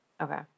Okay